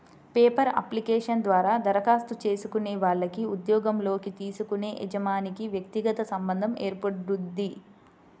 paper application ద్వారా దరఖాస్తు చేసుకునే వాళ్లకి ఉద్యోగంలోకి తీసుకునే యజమానికి వ్యక్తిగత సంబంధం ఏర్పడుద్ది